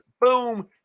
Boom